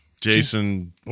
Jason